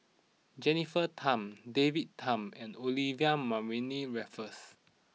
Jennifer Tham David Tham and Olivia Mariamne Raffles